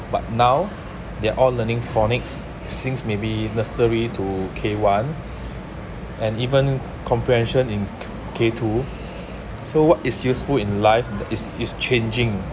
but now they are all learning phonics since maybe nursery to k one and even comprehension in k two so what it's useful in life is is changing